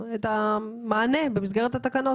את המענה במסגרת התקנות.